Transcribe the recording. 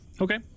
Okay